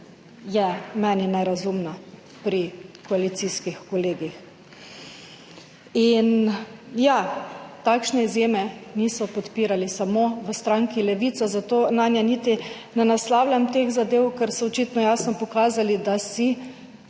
je meni nerazumna pri koalicijskih kolegih. In ja, takšne izjeme niso podpirali samo v stranki Levica, zato nanje niti ne naslavljam teh zadev, ker so očitno jasno pokazali, da si